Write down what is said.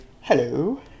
hello